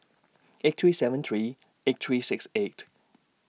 eight three seven three eight three six eight